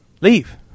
leave